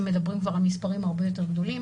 מדברים כבר על מספרים הרבה יותר גדולים.